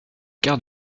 quart